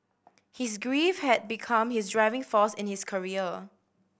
his grief had become his driving force in his career